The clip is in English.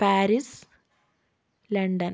Paris London